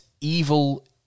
Evil